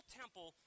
temple